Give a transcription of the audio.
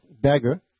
beggar